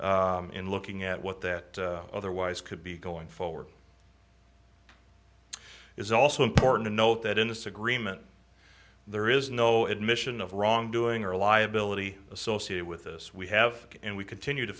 in looking at what that otherwise could be going forward is also important to note that in this agreement there is no admission of wrongdoing or liability associated with this we have and we continue to